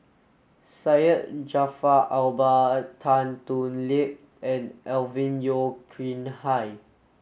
Syed Jaafar Albar Tan Thoon Lip and Alvin Yeo Khirn Hai